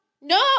No